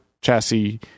chassis